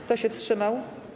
Kto się wstrzymał?